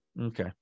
okay